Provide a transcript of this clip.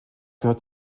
gehört